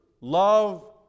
love